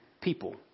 people